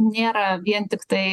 nėra vien tiktai